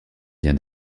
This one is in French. bien